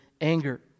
anger